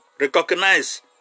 recognize